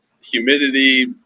humidity